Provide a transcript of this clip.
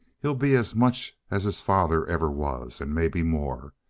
he'll be as much as his father ever was and maybe more.